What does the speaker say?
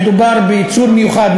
מדובר בייצור מיוחד,